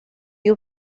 you